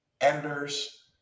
editors